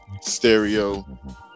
stereo